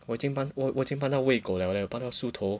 我已经帮我我已经搬到喂狗了 leh 我帮他梳头